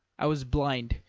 i was blind,